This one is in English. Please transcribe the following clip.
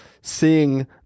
seeing